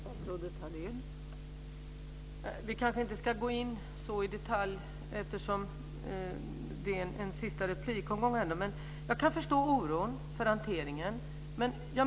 Fru talman! Vi kanske inte ska gå in i detalj eftersom detta är en sista replikomgång. Jag kan förstå oron för hanteringen.